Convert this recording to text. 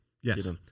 Yes